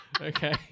okay